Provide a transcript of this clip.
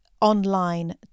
online